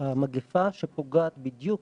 המגפה שפוגעת בדיוק